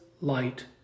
light